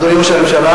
אדוני ראש הממשלה,